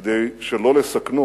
כדי שלא לסכנו